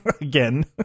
Again